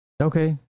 Okay